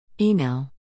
Email